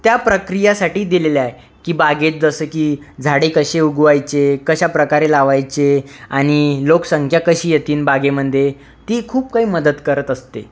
त्या प्रक्रियासाठी दिलेले आहे की बागेत जसं की झाडे कसे उगवायचे कशा प्रकारे लावायचे आणि लोकसंख्या कशी येतीन बागेमध्ये ती खूप काही मदत करत असते